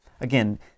again